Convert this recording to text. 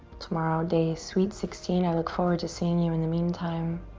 tomorrow, day sweet sixteen. i look forward to seeing you. in the meantime,